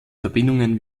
verbindungen